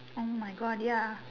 oh my God ya